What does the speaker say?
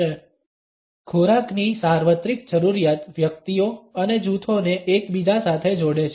0722 ખોરાકની સાર્વત્રિક જરૂરિયાત વ્યક્તિઓ અને જૂથોને એકબીજા સાથે જોડે છે